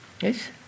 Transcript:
Yes